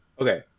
okay